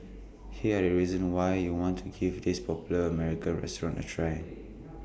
here are the reasons why you'd want to give this popular American restaurant A try